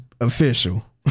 official